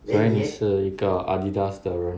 所以你是一个 Adidas 的人